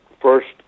first